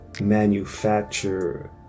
manufacture